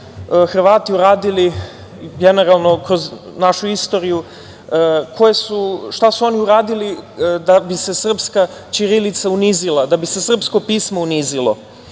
Hrvati uradili generalno kroz našu istoriju da bi se srpska ćirilica unizila, da bi se srpsko pismo unizilo. Ja